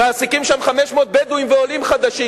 מעסיקים שם 500 בדואים ועולים חדשים.